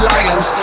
Lions